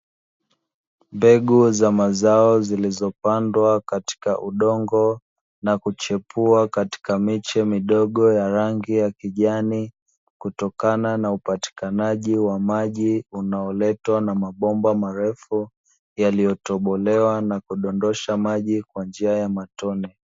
Mbegu za mazao zilizopandwa katika udongo na kuchipua katika miche midogo ya rangi ya kijani, kutokana na upatikanaji wa maji unaoletwa na mabomba marefu yaliyotobolewa na kudondosha maji kwa njia ya matone.